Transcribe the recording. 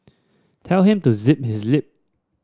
tell him to zip his lip